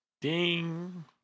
Ding